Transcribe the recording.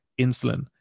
insulin